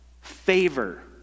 favor